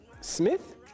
Smith